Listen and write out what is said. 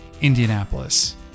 Indianapolis